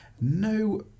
no